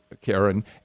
Karen